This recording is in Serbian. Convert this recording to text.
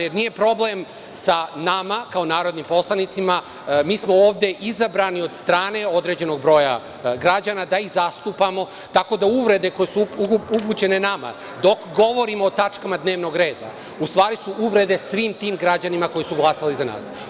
Nije problem sa nama kao narodnim poslanicima, mi smo ovde izabrani od strane određenog broja građana da ih zastupamo, tako da uvrede koje su upućene nama dok govorimo o tačkama dnevnog reda ustvari su uvrede svim tim građanima koji su glasali za nas.